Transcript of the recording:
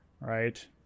right